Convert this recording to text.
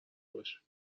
باش